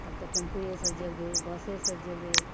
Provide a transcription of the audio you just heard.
तब तऽ टेम्पुएसँ जेबै बसेसँ जेबै